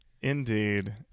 Indeed